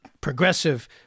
progressive